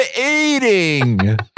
eating